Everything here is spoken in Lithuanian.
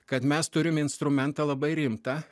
kad mes turim instrumentą labai rimtą